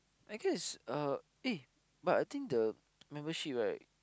I guess uh eh but I think the membership right